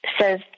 says